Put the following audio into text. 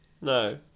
No